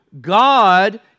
God